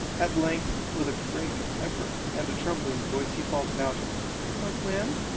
at length, with a great effort and a trembling voice, he faltered out north wind!